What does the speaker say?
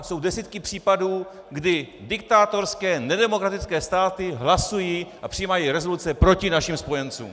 Jsou desítky případů, kdy diktátorské nedemokratické státy hlasují a přijímají rezoluce proti našim spojencům.